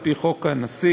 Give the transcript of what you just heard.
על פי חוק הנשיא,